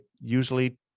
usually